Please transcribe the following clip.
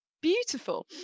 beautiful